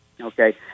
Okay